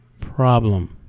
problem